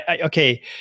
okay